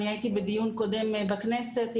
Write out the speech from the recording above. הייתי בדיון קודם בכנסת.